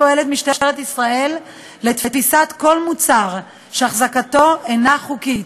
פועלת משטרת ישראל לתפיסת כל מוצר שהחזקתו אינה חוקית,